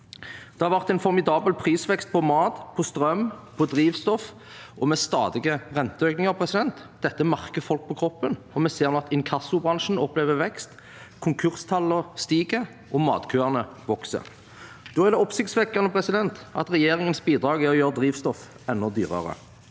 Det har vært en formidabel prisvekst på mat, strøm og drivstoff, og stadige renteøkninger. Dette merker folk på kroppen, og vi ser nå at inkassobransjen opplever vekst, konkurstallene stiger, og matkøene vokser. Da er det oppsiktsvekkende at regjeringens bidrag er å gjøre drivstoff enda dyrere.